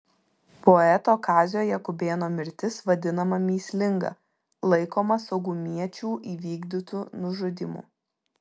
poeto kazio jakubėno mirtis vadinama mįslinga laikoma saugumiečių įvykdytu nužudymu